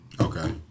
Okay